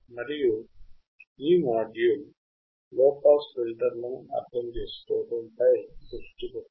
మరియు ఈ module lowpass ఫిల్టర్లను అర్థం చేసుకోవడంపై దృష్టి పెట్టండి